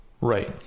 Right